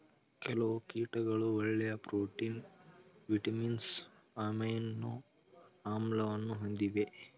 ಕೆಲವು ಕೀಟಗಳು ಒಳ್ಳೆಯ ಪ್ರೋಟೀನ್, ವಿಟಮಿನ್ಸ್, ಅಮೈನೊ ಆಮ್ಲವನ್ನು ಹೊಂದಿವೆ